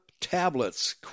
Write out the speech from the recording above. Tablets